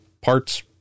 parts